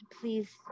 please